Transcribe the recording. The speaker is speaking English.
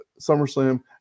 SummerSlam